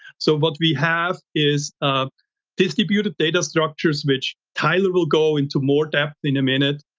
so what we have is distributed data structures, which tyler will go into more depth in a minute.